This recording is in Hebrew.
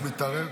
אני לא מתערב.